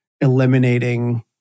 eliminating